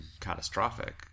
catastrophic